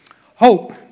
Hope